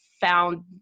found